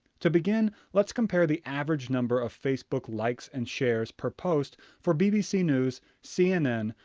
to begin let's compare the average number of facebook likes and shares per post for bbc news, cnn,